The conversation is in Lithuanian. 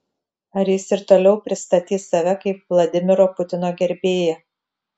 ar jis ir toliau pristatys save kaip vladimiro putino gerbėją